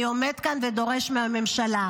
אני עומד כאן ודורש מהממשלה,